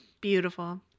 beautiful